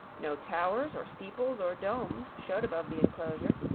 no towers or steeples or domes showed above the enclosure,